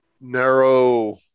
narrow